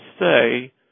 say